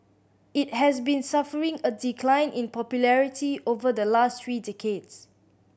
it has been suffering a decline in popularity over the last three decades